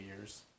years